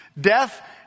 Death